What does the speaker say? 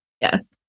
Yes